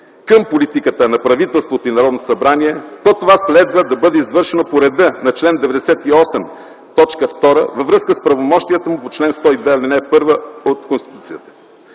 към политиката на правителството и Народното събрание, то това следва да бъде извършено по реда на чл. 98, т. 2, във връзка с правомощията му по чл. 102, ал. 1 от Конституцията.